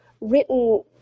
written